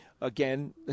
again